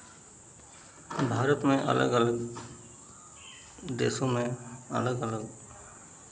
भारत में अलग अलग देशों में अलग अलग